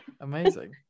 amazing